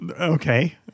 Okay